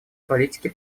политике